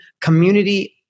community